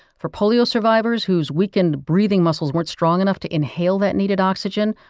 for polio survivors, whose weakened breathing muscles weren't strong enough to inhale that needed oxygen,